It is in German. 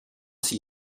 sie